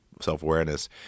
self-awareness